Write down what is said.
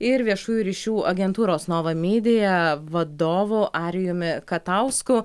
ir viešųjų ryšių agentūros nova mydija vadovu arijumi katausku